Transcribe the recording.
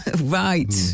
Right